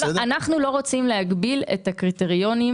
אנחנו לא רוצים להגביל את הקריטריונים